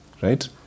Right